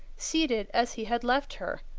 seated as he had left her,